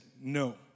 no